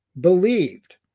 believed